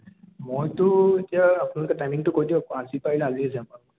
মইতো এতিয়া আপোনলোকে টাইমিংটো কৈ দিয়ক আজি পাৰিলে আজিয়ে যাম